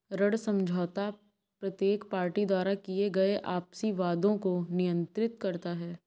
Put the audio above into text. ऋण समझौता प्रत्येक पार्टी द्वारा किए गए आपसी वादों को नियंत्रित करता है